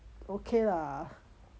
okay lah